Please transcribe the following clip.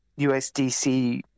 USDC